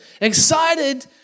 excited